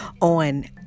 on